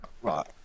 Right